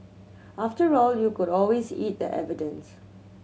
after all you could always eat the evidence